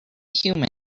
humid